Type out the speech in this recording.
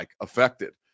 affected